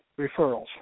referrals